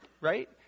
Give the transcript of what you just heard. right